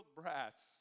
brats